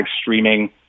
streaming